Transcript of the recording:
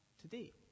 today